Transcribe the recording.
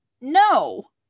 no